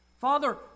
Father